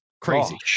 crazy